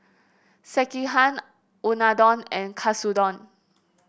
Sekihan Unadon and Katsudon